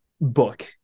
book